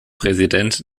präsident